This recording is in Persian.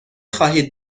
خواهید